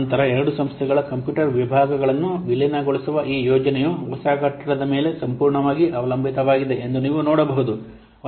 ನಂತರ ಎರಡು ಸಂಸ್ಥೆಗಳ ಕಂಪ್ಯೂಟರ್ ವಿಭಾಗಗಳನ್ನು ವಿಲೀನಗೊಳಿಸುವ ಈ ಯೋಜನೆಯು ಹೊಸ ಕಟ್ಟಡದ ಮೇಲೆ ಸಂಪೂರ್ಣವಾಗಿ ಅವಲಂಬಿತವಾಗಿದೆ ಎಂದು ನೀವು ನೋಡಬಹುದು